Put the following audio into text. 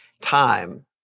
time